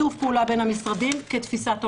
שיתוף פעולה בין המשרדים כתפיסת עולם.